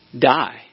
die